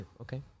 okay